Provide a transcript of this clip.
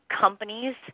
companies